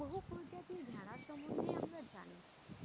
বহু প্রজাতির ভেড়া সম্বন্ধে আমরা জানি